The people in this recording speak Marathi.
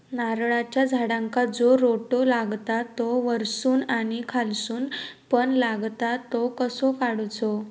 नारळाच्या झाडांका जो रोटो लागता तो वर्सून आणि खालसून पण लागता तो कसो काडूचो?